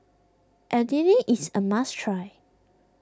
Idili is a must try